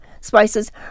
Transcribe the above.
spices